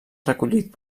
recollit